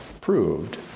proved